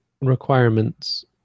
requirements